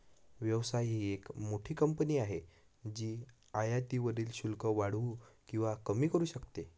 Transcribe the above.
व्यवसाय ही एक मोठी कंपनी आहे जी आयातीवरील शुल्क वाढवू किंवा कमी करू शकते